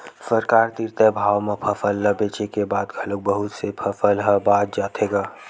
सरकार तीर तय भाव म फसल ल बेचे के बाद घलोक बहुत से फसल ह बाच जाथे गा